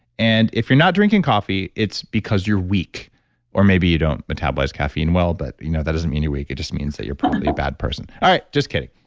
and if you're not drinking coffee it's because you're weak or maybe you don't metabolize caffeine well, but you know that doesn't mean you're weak it just means that you're probably a bad person. all right, just kidding.